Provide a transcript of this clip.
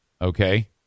Okay